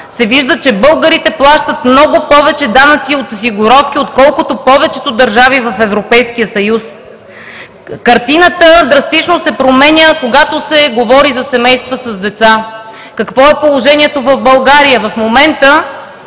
се вижда, че българите плащат много повече данъци от осигуровки, отколкото повечето държави в Европейския съюз. Картината драстично се променя, когато се говори за семейства с деца. Какво е положението в България? В момента